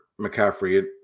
McCaffrey